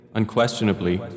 unquestionably